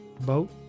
boat